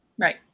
right